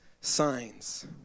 signs